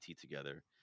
together